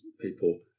people